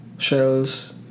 Shells